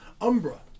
Umbra